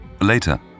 later